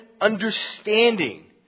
understanding